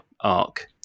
arc